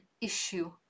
issue